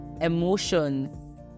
emotions